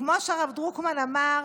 כמו שהרב דרוקמן אמר,